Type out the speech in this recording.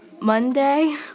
Monday